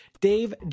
dave